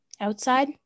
Outside